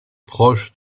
proche